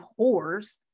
whores